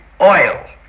oil